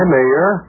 Mayor